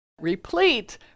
replete